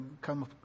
come